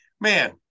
man